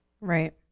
Right